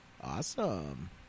Awesome